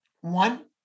one